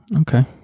Okay